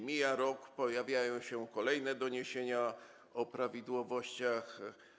Mija rok, pojawiają się kolejne doniesienia o prawidłowościach.